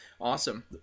awesome